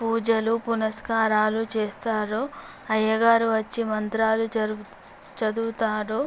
పూజలు పునస్కారాలు చేస్తారు అయ్యగారు వచ్చి మంత్రాలు చదువుతారు